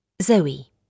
Zoe